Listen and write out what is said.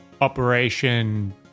Operation